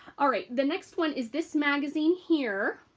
all right the next one is this magazine here